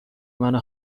منو